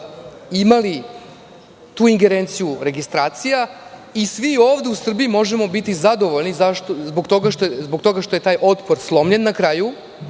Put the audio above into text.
imali tu ingerenciju registracija i svi ovde u Srbiji možemo biti zadovoljni zbog toga što je taj otpor slomljen na kraju.